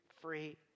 free